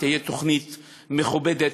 תהיה תוכנית מכובדת,